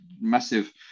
massive